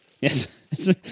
Yes